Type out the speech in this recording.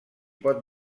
pot